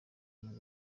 melody